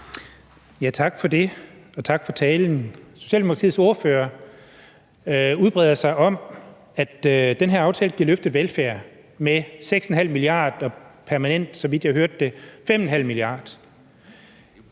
Tak for det, og tak for talen. Socialdemokratiets ordfører udbreder sig om, at den her aftale giver et permanent løft i velfærden for 6,5 mia.